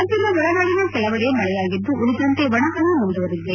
ರಾಜ್ಲದ ಒಳನಾಡಿನ ಕೆಲವೆಡೆ ಮಳೆಯಾಗಿದ್ದು ಉಳಿದಂತೆ ಒಣಹವೆ ಮುಂದುವರೆದಿದೆ